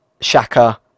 Shaka